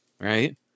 right